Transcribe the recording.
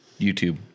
YouTube